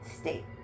state